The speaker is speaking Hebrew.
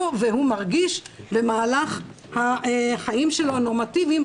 והוא מרגיש במהלך החיים שלו הנורמטיביים,